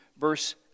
verse